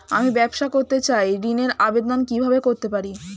আমি ব্যবসা করতে চাই ঋণের আবেদন কিভাবে করতে পারি?